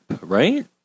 right